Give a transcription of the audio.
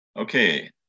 Okay